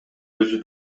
өзү